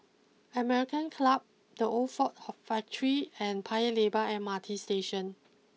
American Club the Old Ford Factory and Paya Lebar M R T Station